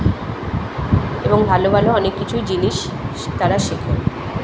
এবং ভালো ভালো অনেক কিছু জিনিস তারা শেখে